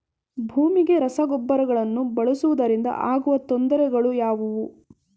ಭೂಮಿಗೆ ರಸಗೊಬ್ಬರಗಳನ್ನು ಬಳಸುವುದರಿಂದ ಆಗುವ ತೊಂದರೆಗಳು ಯಾವುವು?